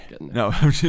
No